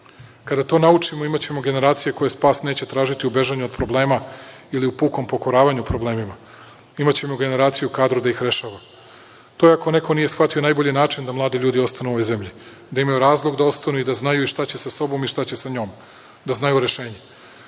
Kada to naučimo imaćemo generacije koje spas neće tražiti u bežanju od problema ili u pukom pokoravanju problemima. Imaćemo generaciju kadru da ih rešava. To je, ako neko nije shvatio, najbolje način da mladi ljudi ostanu u ovoj zemlji, da imaju razlog da ostanu i da znaju i šta će sa sobom i šta će sa njom, da znaju rešenje. Tome